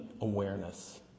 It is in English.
awareness